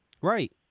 Right